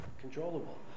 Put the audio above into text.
controllable